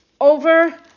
over